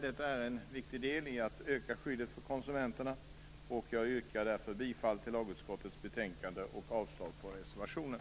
Detta är en viktig del i att öka skyddet för konsumenterna. Jag yrkar därför bifall till hemställan i lagutskottets betänkande och avslag på reservationen.